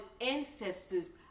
ancestors